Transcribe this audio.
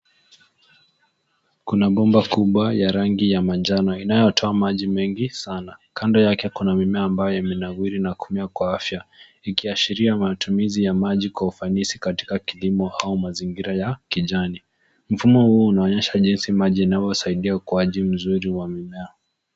Kuna bomba kubwa ya rangi ya manjano inayotoa maji mengi sana. Kando yake kuna mimea ambayo yamenawiri na kumea kwa afya ikiashiria matumizi ya maji kwa ufanisi katika kilimo au mazingira ya kijani. Mfumo huu unaonyesha jinsi maji inavyosaidia ukuaji mzuri wa mimea.